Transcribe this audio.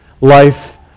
life